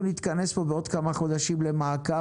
אנחנו נתכנס פה בעוד כמה חודשים למעקב.